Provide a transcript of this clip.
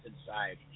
inside